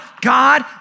God